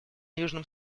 южном